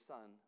Son